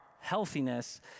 healthiness